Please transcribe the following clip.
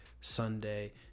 Sunday